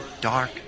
dark